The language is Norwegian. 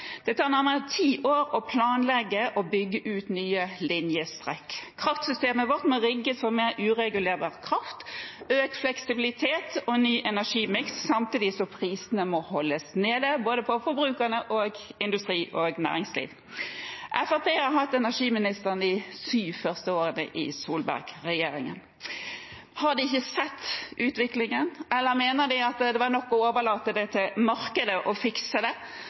ti år å planlegge og bygge ut nye linjestrekk. Kraftsystemet vårt må rigges for mer uregulerbar kraft, økt fleksibilitet og ny energimiks, samtidig som prisene må holdes nede for både forbrukerne og industri og næringsliv. Fremskrittspartiet hadde energiministeren de syv første årene i Solberg-regjeringen. Har ikke Fremskrittspartiet sett utviklingen, eller mener man det var nok å overlate det til markedet å fikse det?